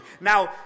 Now